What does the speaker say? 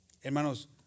Hermanos